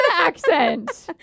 accent